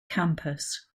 campus